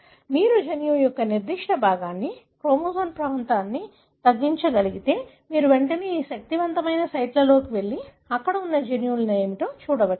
మీరు జన్యువు యొక్క నిర్దిష్ట విభాగాన్ని క్రోమోజోమ్ ప్రాంతాన్ని తగ్గించగలిగితే మీరు వెంటనే ఈ శక్తివంతమైన సైట్లకు వెళ్లి ఇక్కడ ఉన్న జన్యువులు ఏమిటో చూడవచ్చు